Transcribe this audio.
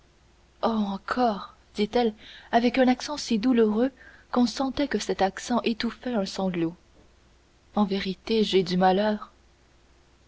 oh encore dit-elle avec un accent si douloureux qu'on sentait que cet accent étouffait un sanglot en vérité j'ai du malheur